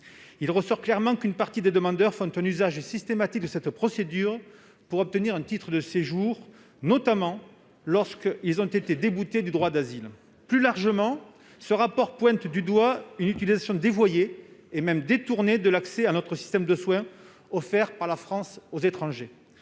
Il ressort clairement de ce travail qu'une partie des demandeurs font un usage systématique de cette procédure pour obtenir un titre de séjour, notamment lorsqu'ils ont été déboutés du droit d'asile. Plus largement, ce rapport pointe du doigt une utilisation dévoyée, et même détournée, de l'accès à notre système de soins offert par la France aux étrangers.